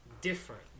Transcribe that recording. different